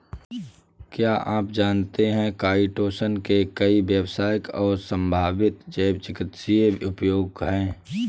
क्या आप जानते है काइटोसन के कई व्यावसायिक और संभावित जैव चिकित्सीय उपयोग हैं?